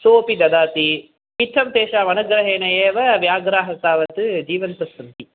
सोपि ददाति इत्थं तेषाम् अनुग्रहेण एव व्याघ्राः तावत् जीवन्तस्सन्ति